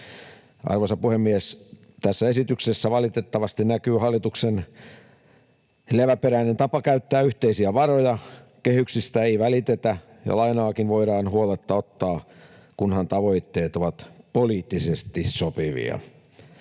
Arvoisa puhemies! Tässä esityksessä valitettavasti näkyy hallituksen leväperäinen tapa käyttää yhteisiä varoja, kehyksistä ei välitetä ja lainaakin voidaan huoletta ottaa, kunhan tavoitteet ovat poliittisesti sopivia.